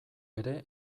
ere